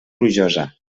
plujosa